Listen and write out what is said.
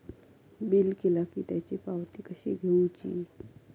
Bill केला की त्याची पावती कशी घेऊची?